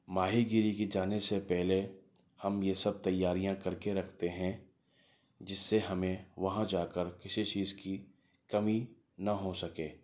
ماہی گیری کی جانے سے پہلے ہم یہ سب تیاریاں کر کے رکھتے ہیں جس سے ہمیں وہاں جا کر کسی چیز کی کمی نہ ہو سکے